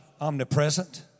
omnipresent